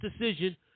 decision